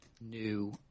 new